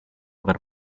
aver